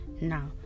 Now